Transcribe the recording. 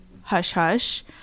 hush-hush